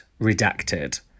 Redacted